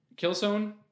Killzone